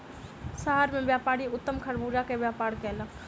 शहर मे व्यापारी उत्तम खरबूजा के व्यापार कयलक